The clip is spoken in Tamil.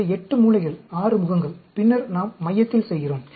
எனவே 8 மூலைகள் 6 முகங்கள் பின்னர் நாம் மையத்தில் செய்கிறோம்